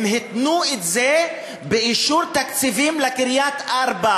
הם התנו את זה באישור תקציבים לקריית-ארבע.